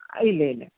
ഇല്ലയില്ല